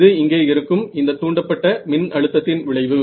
இது இங்கே இருக்கும் இந்த தூண்டப்பட்ட மின்னழுத்தத்தின் விளைவு